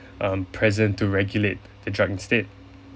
um present to regulate the drug instead